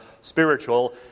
spiritual